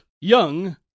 young